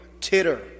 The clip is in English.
titter